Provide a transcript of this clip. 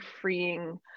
freeing